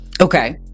Okay